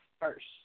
first